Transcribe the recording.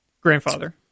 grandfather